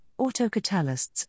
autocatalysts